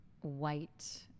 white